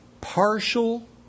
partial